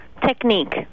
Technique